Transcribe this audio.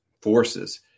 forces